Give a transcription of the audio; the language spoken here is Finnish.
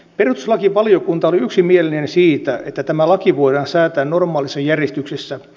perustuslakivaliokunta oli yksimielinen siitä että tämä laki voidaan säätää normaalissa järjestyksessä